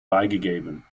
beigegeben